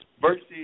versus